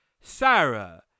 Sarah